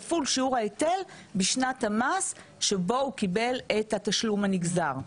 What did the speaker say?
כפול שיעור ההיטל בשנת המס שבו הוא קיבל את התשלום הנגזר.